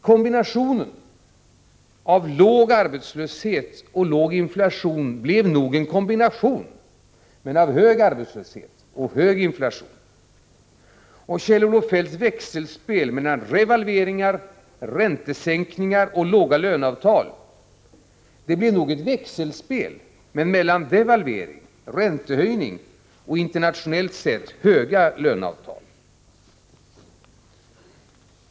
Kombinationen av låg arbetslöshet och låg inflation blev nog en kombination, men av hög arbetslöshet och hög inflation. Kjell-Olof Feldts växelspel mellan revalveringar, räntesänkningar och låga löneavtal blev nog ett växelspel, men mellan devalvering, räntehöjning och internationellt sett höga löneavtal.